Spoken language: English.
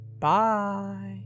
Bye